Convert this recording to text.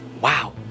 wow